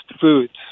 Foods